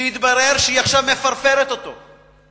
שהתברר שהיא עכשיו "מפרפרת" אותו.